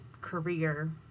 career